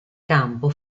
campo